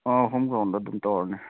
ꯑꯥ home ground ꯑꯗꯨꯝ ꯇꯧꯔꯅꯤ